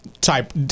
type